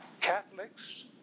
Catholics